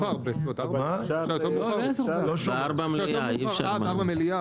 ההודעות יעלה לאוויר יחד עם המקטע השני.